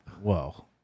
whoa